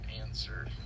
answer